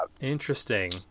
Interesting